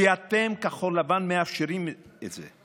כי אתם, כחול לבן, מאפשרים את זה.